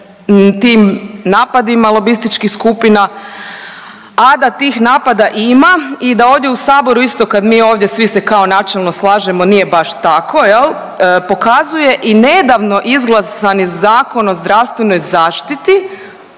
tim napadima lobističkih skupina. A da tih napada ima i da ovdje u Saboru isto kad mi ovdje svi se kao načelno slažemo nije baš tako jel, pokazuje i nedavno izglasani Zakon o zdravstvenoj zaštiti